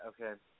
okay